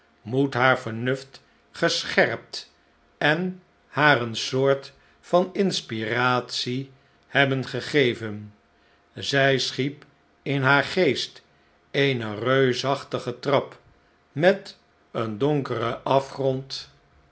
moet haar vernuft gescherpt en haar eene soort van inspiratie hebbeh gegeven zy sohiep in haar geest eene reusachtige trap met een donkeren afgrond